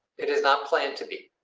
it is not planned to be.